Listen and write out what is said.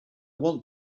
want